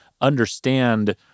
understand